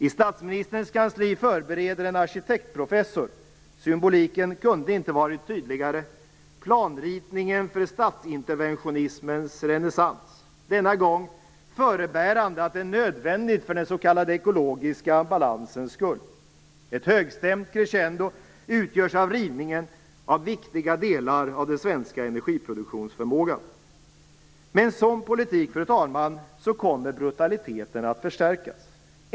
I statsministerns kansli förbereder en arkitektprofessor - symboliken kunde inte varit tydligare - planritningen för statsinterventionismens renässans. Denna gång förebärande att det är nödvändigt för den s.k. ekologiska balansens skull. Ett högstämt crescendo utgörs av rivningen av viktiga delar av den svenska energiproduktionsförmågan. Med en sådan politik, fru talman, kommer brutaliteten att förstärkas.